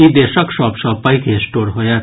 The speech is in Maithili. ई देशक सभ सॅ पैघ स्टोर होयत